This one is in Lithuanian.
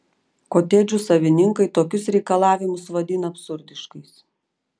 kotedžų savininkai tokius reikalavimus vadina absurdiškais